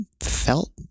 felt